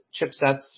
chipsets